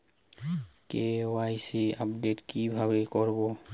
KYC update কিভাবে করবো?